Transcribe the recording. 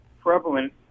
prevalent